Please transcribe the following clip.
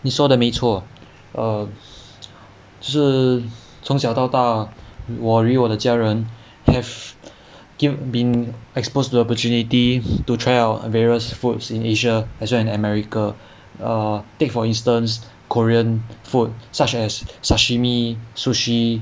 你说的没错 err 就是从小到大我与我的家人 have been exposed to the opportunity to try out various foods in asia as well in america err take for instance korean food such as sashimi sushi